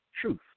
truth